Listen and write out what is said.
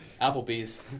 Applebee's